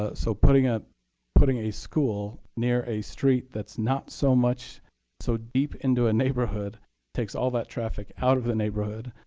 ah so putting ah putting a school near a street that's not so much so deep into a neighborhood takes all that traffic out of the neighborhood.